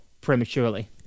prematurely